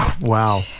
Wow